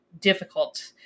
difficult